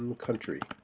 um country